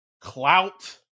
clout